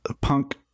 punk